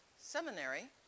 Seminary